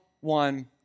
one